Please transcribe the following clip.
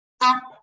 up